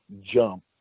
jump